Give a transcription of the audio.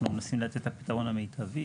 אנחנו מנסים לתת את הפתרון המיטבי.